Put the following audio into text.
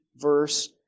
verse